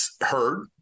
heard